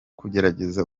kugerageza